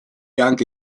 anche